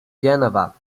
geneva